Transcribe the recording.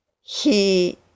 He